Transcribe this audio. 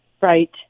Right